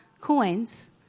coins